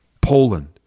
Poland